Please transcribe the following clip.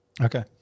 Okay